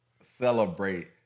celebrate